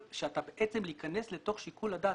שבעצם להיכנס לתוך שיקול הדעת,